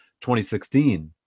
2016